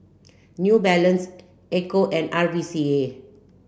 New Balance Ecco and R V C A